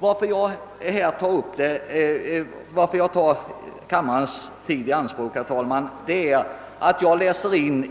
Orsaken till att jag tar kammarens tid i anspråk, herr talman, är att jag